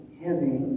heavy